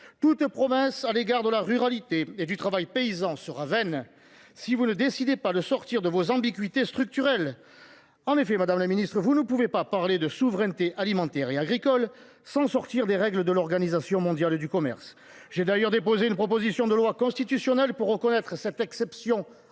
Toute promesse à l’égard de la ruralité et du travail paysan sera vaine si vous ne décidez pas de sortir de vos ambiguïtés structurelles. En effet, madame la ministre, vous ne pouvez pas parler de « souveraineté alimentaire et agricole » sans sortir des règles de l’Organisation mondiale du commerce (OMC). J’ai d’ailleurs déposé une proposition de loi constitutionnelle pour reconnaître cette exception